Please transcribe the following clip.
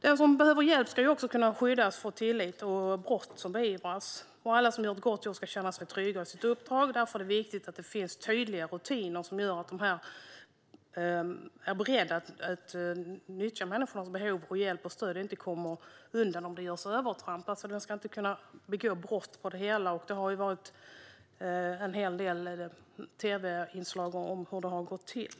Den som behöver hjälp ska kunna skyddas och kunna ha tillit till att brott beivras. Alla som gör ett gott jobb ska känna sig trygga med sitt uppdrag. Därför är det viktigt att det finns tydliga rutiner som gör att de som är beredda att utnyttja människor i behov av hjälp och stöd inte kommer undan med att göra övertramp. De ska inte kunna begå brott på detta område. Det har ju visats en hel del tv-inslag om hur det har gått till.